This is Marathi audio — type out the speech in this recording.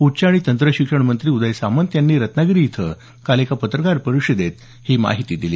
उच्च आणि तंत्रशिक्षण मंत्री उदय सामंत यांनी रत्नागिरी इथं काल एका पत्रकार परिषदेत ही माहिती दिली